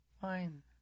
Fine